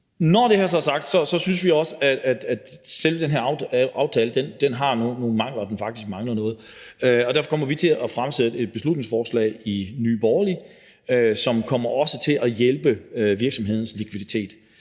Når det her så er sagt, synes vi også, at selve den her aftale har nogle mangler, og at den faktisk mangler noget. Og derfor kommer vi i Nye Borgerlige til at fremsætte et beslutningsforslag, som også kommer til at hjælpe virksomhedens likviditet.